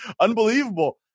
unbelievable